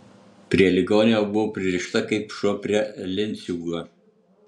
prie ligonio buvau pririšta kaip šuo prie lenciūgo